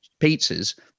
pizzas